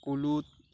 କଲୁଦ